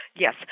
Yes